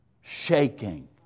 Shaking